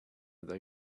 they